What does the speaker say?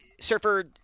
Surfer –